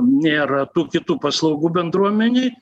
nėra tų kitų paslaugų bendruomenėj